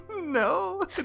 No